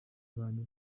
abantu